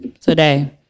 Today